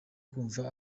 kumva